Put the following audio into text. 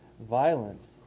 violence